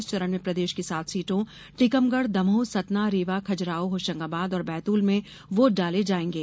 इस चरण में प्रदेश की सात सीटों टीकमगढ़ दमोह सतना रीवा खजुराहो होशंगाबाद और बैतूल में वोट डाले जायेंगे